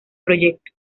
proyecto